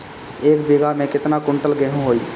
एक बीगहा में केतना कुंटल गेहूं होई?